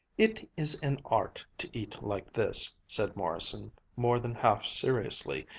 it is an art to eat like this, said morrison, more than half seriously,